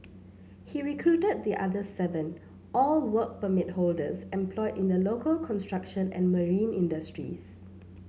he recruited the other seven all Work Permit holders employed in the local construction and marine industries